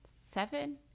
seven